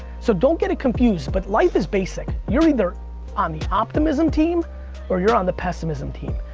so don't get it confused, but life is basic. you're either on the optimism team or you're on the pessimism team,